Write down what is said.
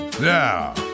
Now